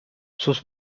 sus